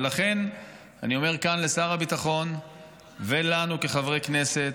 ולכן אני אומר כאן לשר הביטחון ולנו כחברי כנסת,